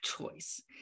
choice